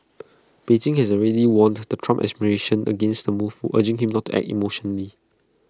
Beijing has already warned the Trump administration against the move urging him not act emotionally